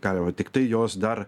galima tiktai jos dar